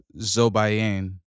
Zobayan